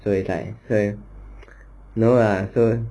so is like so no ah so